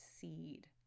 seed